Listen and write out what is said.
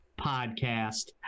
podcast